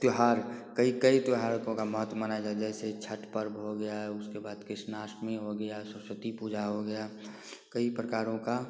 त्योहार कई कई त्योहारों का महत्व मनाया जाता है जैसे छठ पर्व हो गया उसके बाद कृष्णाष्टमी हो गया सरस्वती पूजा हो गया कई प्रकारों का